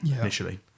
initially